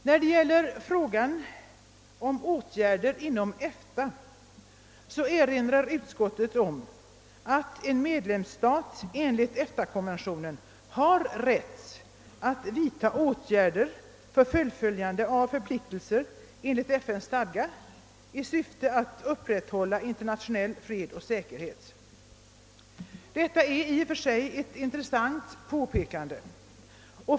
När det gäller frågan om åtgärder inom EFTA erinrar utskottet om att en medlemsstat enligt EFTA-konventionen har rätt att vidta åtgärder för full följande av förpliktelser enligt FN:s stadga i syfte att upprätthålla internationell fred och säkerhet. Detta är i och för sig ett intressant påpekande.